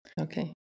Okay